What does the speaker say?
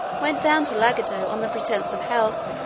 went down to lagado on the pretence of health,